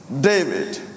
David